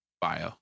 bio